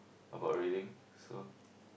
about reading so